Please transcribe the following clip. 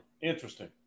Interesting